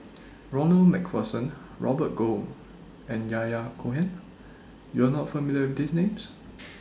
Ronald MacPherson Robert Goh and Yahya Cohen YOU Are not familiar These Names